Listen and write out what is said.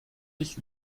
dich